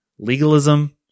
Legalism